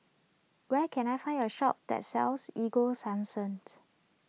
where can I find a shop that sells Ego Sunsense